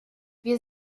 wir